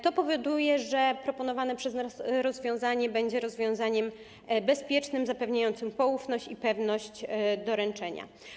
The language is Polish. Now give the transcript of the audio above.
To powoduje, że proponowane przez nas rozwiązanie będzie rozwiązaniem bezpiecznym, zapewniającym poufność i pewność doręczenia.